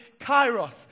kairos